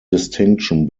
distinction